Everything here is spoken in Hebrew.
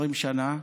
20 שנה.